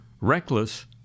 reckless